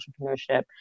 entrepreneurship